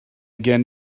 gen